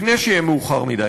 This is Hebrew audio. לפני שיהיה מאוחר מדי.